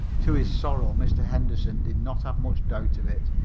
to his sorrow mr. henderson did not have much doubt of it.